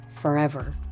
forever